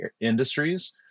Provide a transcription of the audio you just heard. industries